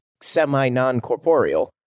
semi-non-corporeal